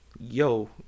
yo